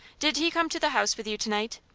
did he come to the house with you tonight?